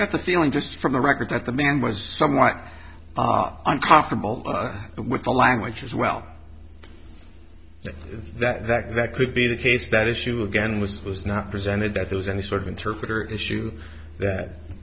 got the feeling just from the record that the man was somewhat uncomfortable with the language as well so that that could be the case that issue again was was not presented that there was any sort of interpretor issue that